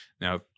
Now